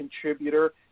contributor